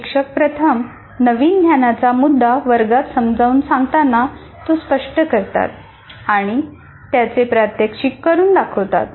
शिक्षक प्रथम नवीन ज्ञानाचा मुद्दा वर्गात समजावून सांगताना तो स्पष्ट करतात आणि त्याचे प्रात्यक्षिक करून दाखवतात